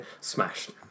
smashed